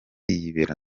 yibera